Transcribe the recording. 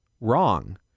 Wrong